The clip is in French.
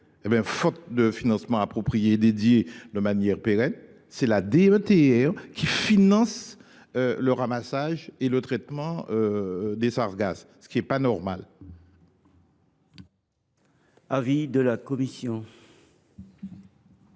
Faute de financement approprié et dédié de manière pérenne, c’est la DETR qui finance le ramassage et le traitement des sargasses, ce qui n’est pas normal. Quel est l’avis de la commission